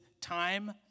time